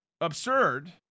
absurd